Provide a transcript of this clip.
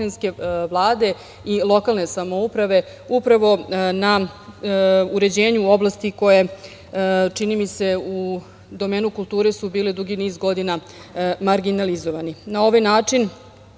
i lokalne samouprave upravo na uređenju oblasti koje su, čini mi se, u domenu kulture bile dugi niz godina marginalizovane. Na